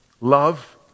Love